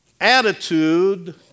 attitude